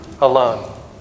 alone